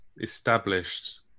established